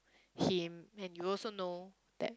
him and you also know that